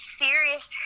serious